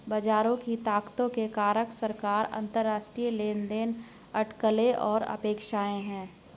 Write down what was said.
बाजार की ताकतों के कारक सरकार, अंतरराष्ट्रीय लेनदेन, अटकलें और अपेक्षाएं हैं